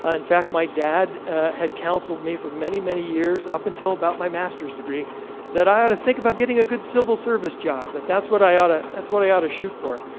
ah in fact, my dad had counseled me for many, many years up until about master's degree that i ought to think about getting a good civil service job, that that's what i ought to, that's what i ought to shoot for.